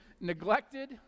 neglected